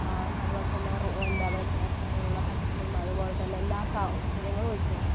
അവർക്കതുപോലെ തന്നെ റൂ എന്താ പറയുക കിടക്കാനുള്ള കട്ടിലും അതുപോലെ തന്നെ എല്ലാ സൗകര്യങ്ങളും ഒരുക്കി കൊടുക്കുക